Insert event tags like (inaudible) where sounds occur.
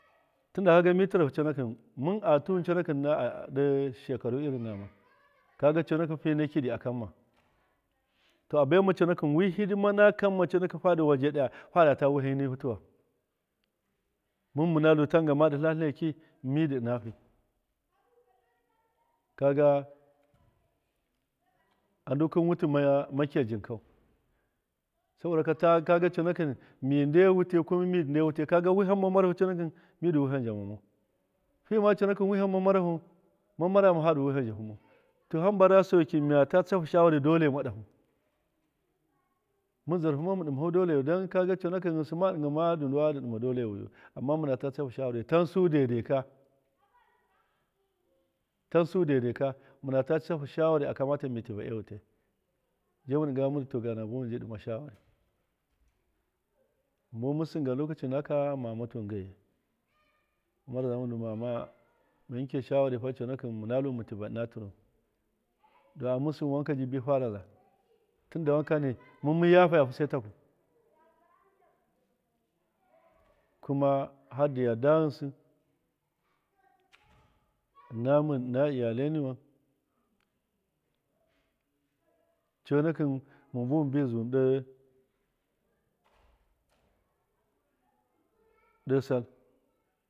Tunda kagani mi tɨrahu conakɨn mɨn atuwɨn conakɨn ɨna ɗo shekara (noise) irin nama conakɨn mi baisu kidi a kamma. to a baima conakɨn wi hidima na kamma conakɨn fadɨ waje ɗaya fadata wiham nahu tɨwahu mɨn mɨnalu tan gan madɨ tlatlɨneki mɨn di ɨna fi kaga adu kɨn wutɨ makiya jinkau saboda haka kaga conakɨn mi nde wutai kuma mi dɨ nde wutai kaga wiham ma marahu conakɨn midu wiham zhamamau fi ma conakɨn wiham ma marama hadu wiham zhahumau to hamba ra sauki miyata tsahu shawari dole ma ɗahu. mɨnzarhuma mɨn ɗimahu doleyayu dan kaga conakɨn ghɨnsɨ ma ɗɨngɨma dɨ ɗimahu doleyu amma mɨnata tsahu shawari tansu dai daika tansu dai daika mɨta tsahu shawari a kamata mi tiva ewutai jemɨne ɗɨngaya gana buwin mɨn bi ɗɨma shawari mɨn mɨn sin gan lokaci nakaka mamatuwin gaiyi mɨn riga mɨn du mama mɨnki shawari fa conakɨn fa mɨna lu mɨn tɨva ɨna tɨrɨwin du a- mɨn sin wanka jibi faraza tɨnda wankani mɨn yafayahusai taku (noise) kuma hardɨ yarda ghɨnsɨ ɨna mɨn ɨna iyale niwan conakɨn mɨn buwɨn mɨn bi zuwin ɗe sall.